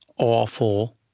awful,